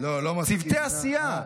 צוותי עשייה.